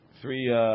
three